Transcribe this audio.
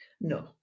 no